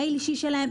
מייל אישי שלהם,